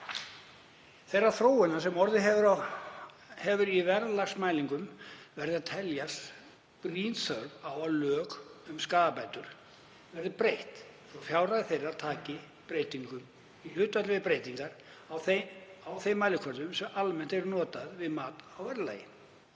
þeirrar þróunar sem orðið hefur í verðlagsmælingum verður að teljast brýn þörf á að lögum um skaðabætur verði breytt svo að fjárhæðir þeirra taki breytingum í hlutfalli við breytingar á þeim mælikvörðum sem almennt eru notaðir við mat á verðlagi.